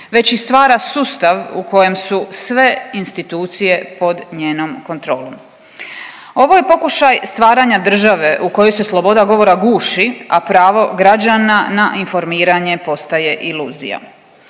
već i stvarate sustav u kojem su sve institucije pod vašom kontrolom. Dakle, pokušaj stvaranja države u kojoj se sloboda govora guši, a pravo građana na informaciju postaje iluzija.